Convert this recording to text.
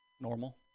normal